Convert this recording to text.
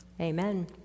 Amen